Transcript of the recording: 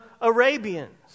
Arabians